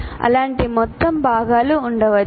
అలాంటి మొత్తం భాగాలు ఉండవచ్చు